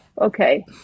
okay